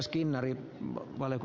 arvoisa puhemies